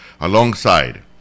alongside